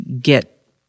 get